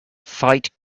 fight